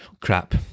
Crap